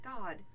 God